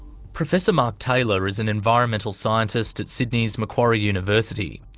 professor mark taylor is an environmental scientist at sydney's macquarie university.